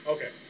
Okay